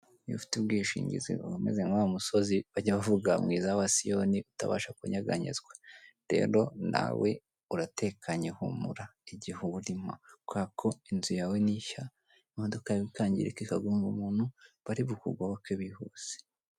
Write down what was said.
Iyo ufite ubwishingizi uba umeze nka wa musozi bajya bavuga mwiza wa siyoni utabasha kunyeganyezwa. Rero nawe uratekanye humura igihe uwurimo kubera ko inzu yawe nishya, imodoka yawe ikangirika, ikagonga umuntu bari bukugoboke bihuse.